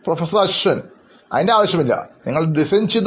professor അശ്വിൻഅതിൻറെ ആവശ്യമില്ല നിങ്ങൾ ഡിസൈൻ ചെയ്തു